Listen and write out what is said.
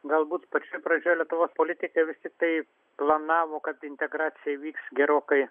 galbūt pačioj pradžioj lietuvos politikai vis tiktai planavo kad integracija vyks gerokai